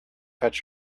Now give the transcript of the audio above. fetch